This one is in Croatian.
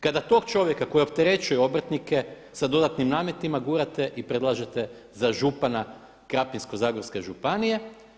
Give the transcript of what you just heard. Kada tog čovjeka koji opterećuje obrtnike sa dodatnim nametima gurate i predlažete za župana Krapinsko-zagorske županije.